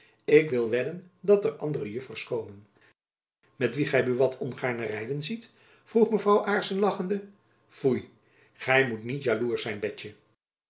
ik wil wedden dat er andere juffers komen met wie gy buat ongaarne rijden ziet vroeg mevrouw aarssen lachende foei gy moet niet jaloersch zijn betjen